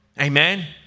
Amen